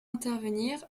intervenir